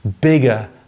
bigger